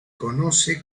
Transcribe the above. conoce